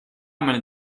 meine